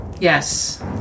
Yes